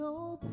no